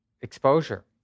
exposure